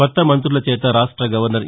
కొత్త మంత్రుల చేత రాష్ట గవర్సర్ ఈ